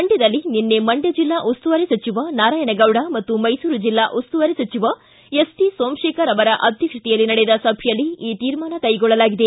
ಮಂಡ್ಕದಲ್ಲಿ ನಿನ್ನೆ ಮಂಡ್ಕ ಜಿಲ್ಲಾ ಉಸ್ತುವಾರಿ ಸಚಿವ ನಾರಾಯಣಗೌಡ ಹಾಗೂ ಮೈಸೂರು ಜಿಲ್ಲಾ ಉಸ್ತುವಾರಿ ಸಚಿವ ಎಸ್ ಟಿ ಸೋಮಶೇಖರ್ ಅವರ ಅಧ್ಯಕ್ಷತೆಯಲ್ಲಿ ನಡೆದ ಸಭೆಯಲ್ಲಿ ಈ ತೀರ್ಮಾನ ಕೈಗೊಳ್ಳಲಾಗಿದೆ